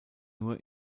nur